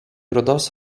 rudos